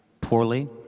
poorly